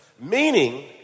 Meaning